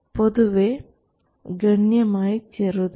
പൊതുവേ ഗണ്യമായി ചെറുതാണ്